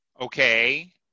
okay